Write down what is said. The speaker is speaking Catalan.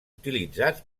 utilitzats